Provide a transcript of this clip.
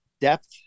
depth